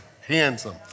Handsome